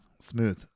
Smooth